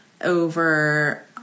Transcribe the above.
over